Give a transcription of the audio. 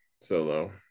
solo